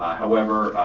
however,